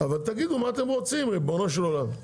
אבל תגידו מה אתם רוצים, ריבונו של עולם.